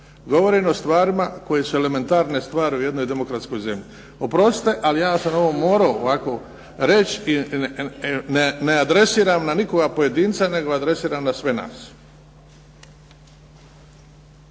Govorim o stvarima koje su elementarne stvari u jednoj demokratskoj zemlji. Oprostite, ali ja sam ovo morao ovako reći i ne adresiram na nikoga pojedinca, nego adresiram na sve nas.